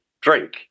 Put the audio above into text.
drink